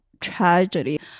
tragedy